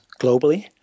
globally